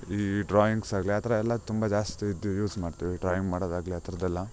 ಈ ಡ್ರಾಯಿಂಗ್ಸ್ ಆಗಲಿ ಆ ಥರ ಎಲ್ಲ ತುಂಬ ಜಾಸ್ತಿ ಇದ್ದು ಯೂಸ್ ಮಾಡ್ತಿವಿ ಡ್ರಾಯಿಂಗ್ ಮಾಡೋದಾಗಲಿ ಆ ಥರದ್ ಎಲ್ಲ